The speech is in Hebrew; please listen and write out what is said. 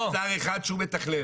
הוא לוקח שר אחד שהוא מתכלל.